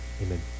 amen